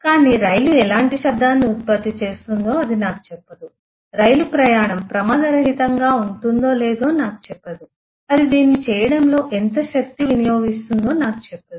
కాని రైలు ఎలాంటి శబ్దాన్ని ఉత్పత్తి చేస్తుందో అది నాకు చెప్పదు రైలు ప్రయాణం ప్రమాద రహితంగా ఉంటుందో లేదో నాకు చెప్పదు అది దీన్ని చేయడంలో ఎంత శక్తి వినియోగిస్తుందో నాకు చెప్పదు